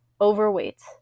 overweight